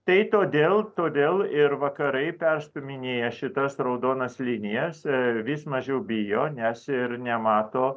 tai todėl todėl ir vakarai perstūminėja šitas raudonas linijas vis mažiau bijo nes ir nemato